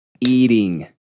eating